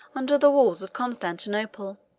under the walls of constantinople.